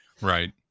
Right